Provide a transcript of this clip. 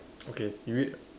okay you read